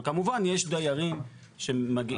אבל כמובן יש דיירים שמנסים לשכנע אותם.